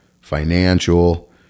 financial